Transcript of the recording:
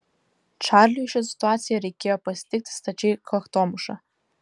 čarliui šią situaciją reikėjo pasitikti stačiai kaktomuša